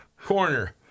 corner